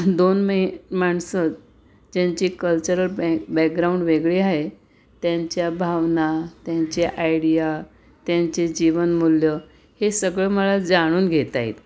दोन मे माणसं ज्यांची कल्चरल बॅक बॅकग्राऊंड वेगळी आहे त्यांच्या भावना त्यांचे आयडिया त्यांचे जीवनमूल्य हे सगळं मला जाणून घेता येईल